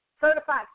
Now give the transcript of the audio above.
certified